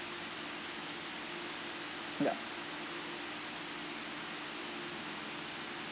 ya